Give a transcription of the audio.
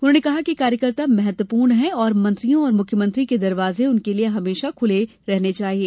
उन्होंने कहा कि कार्यकर्ता महत्वपूर्ण हैं और मंत्रियों और मुख्यमंत्री के दरवाजे उनके लिए हमेशा खूले रहना चाहिए